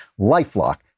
LifeLock